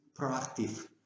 proactive